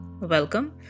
welcome